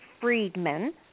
Friedman